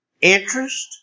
interest